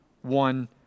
one